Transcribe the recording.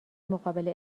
مقابل